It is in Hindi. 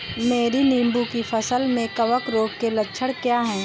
मेरी नींबू की फसल में कवक रोग के लक्षण क्या है?